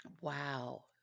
Wow